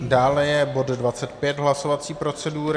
Dále je bod 25 hlasovací procedury.